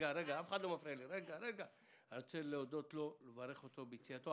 אני מברך אותו ביציאתו.